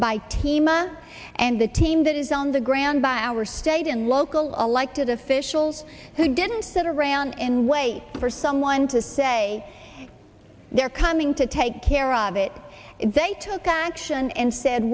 a and the team that is on the ground by our state and local elected officials who didn't sit around and wait for someone to say they're coming to take care of it and they took action and said